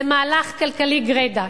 זה מהלך כלכלי גרידא.